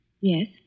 Yes